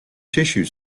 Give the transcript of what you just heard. tissue